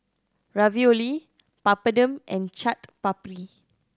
Ravioli Papadum and Chaat Papri